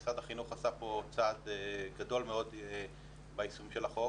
משרד החינוך עשה פה צעד גדול מאוד ביישום של החוק,